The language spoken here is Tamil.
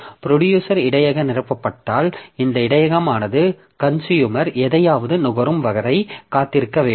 ப்ரொடியூசர் இடையக நிரப்பப்பட்டால் இந்த இடையகமானது கன்சுயூமர் எதையாவது நுகரும் வரை காத்திருக்க வேண்டும்